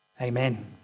Amen